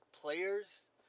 players